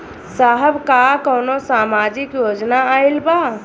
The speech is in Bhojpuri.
साहब का कौनो सामाजिक योजना आईल बा?